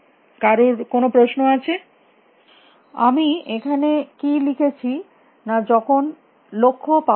কারুর কোনো প্রশ্ন আছে ছাত্র আমি এখানে কী লিখেছি না যখন লক্ষ্য পাওয়া যায় না